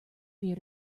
fear